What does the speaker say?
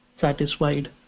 satisfied